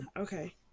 Okay